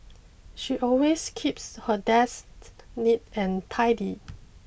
she always keeps her desk neat and tidy